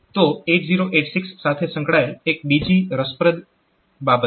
તો 8086 સાથે સંકળાયેલ એક બીજી રસપ્રદ બાબત છે